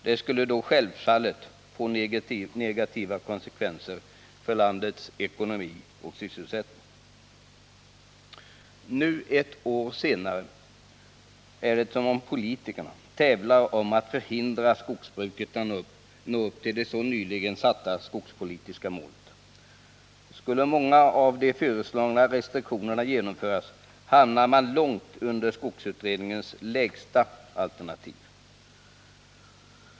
Det skulle då självfallet få negativa konsekvenser för landets ekonomi och sysselsättningen. Nu, ett år senare, är det som om politikerna tävlade om att förhindra skogsbruket att nå upp till det så nyligen satta skogspolitiska målet. Skulle många av de föreslagna restriktionerna genomföras hamnar man långt under skogsutredningens lägsta alternativ.